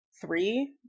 three